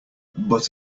but